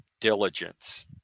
diligence